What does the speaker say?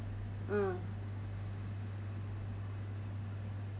mm